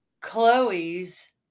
Chloe's